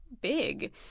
big